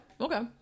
okay